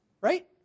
Right